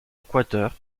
équateur